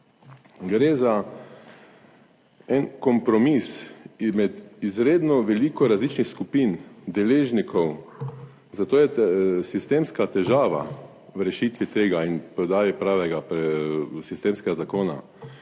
Gre za en kompromis izmed izredno veliko različnih skupin deležnikov, zato je sistemska težava v rešitvi tega in prodaji pravega sistemskega zakona.